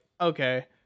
okay